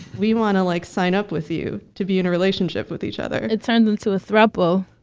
we want to, like, sign up with you to be in a relationship with each other. it turns into a thrupple.